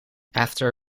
after